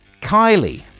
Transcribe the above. Kylie